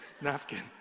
napkin